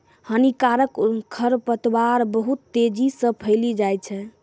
हानिकारक खरपतवार बहुत तेजी से फैली जाय छै